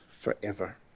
forever